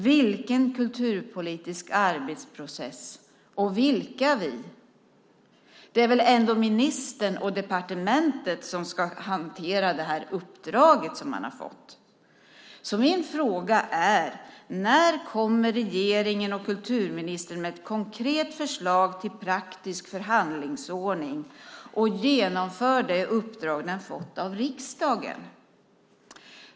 Vilken kulturpolitisk arbetsprocess och vilka "vi" är det fråga om? Det är väl ändå ministern och departementet som ska hantera det uppdrag som man har fått. Min fråga är: När kommer regeringen och kulturministern med ett konkret förslag till praktisk förhandlingsordning och genomför det uppdrag man fått av riksdagen?